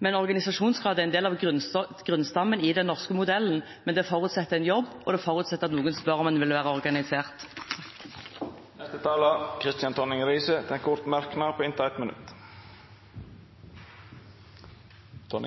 er en del av grunnstammen i den norske modellen, men det forutsetter en jobb, og det forutsetter at noen spør om en vil være organisert. Representanten Kristian Tonning Riise har hatt ordet to gonger tidlegare og får ordet til ein kort merknad, avgrensa til 1